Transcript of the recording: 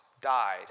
died